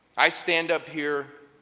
i stand up here